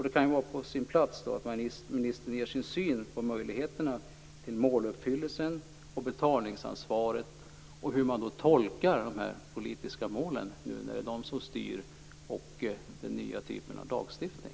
Det kan vara på sin plats att ministern ger sin syn på möjligheterna till måluppfyllelse och betalningsansvar, på hur man tolkar de politiska målen nu när det är de som styr och på den nya typen av lagstiftning.